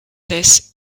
this